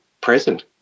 present